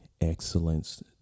excellence